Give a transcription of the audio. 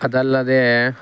ಅದಲ್ಲದೆ